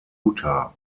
utah